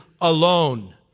alone